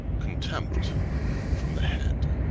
contempt from the head